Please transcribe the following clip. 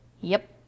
Yep